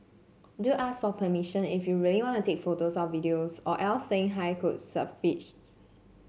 do ask for permission if you really want to take photos or videos or else saying hi could suffice